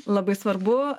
labai svarbu